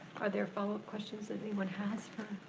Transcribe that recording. are there follow-up questions that anyone has for